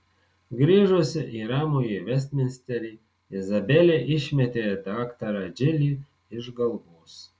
grįžusi į ramųjį vestminsterį izabelė išmetė daktarą džilį iš galvos